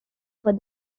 for